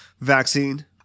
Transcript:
vaccine